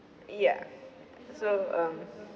ya so um